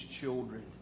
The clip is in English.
children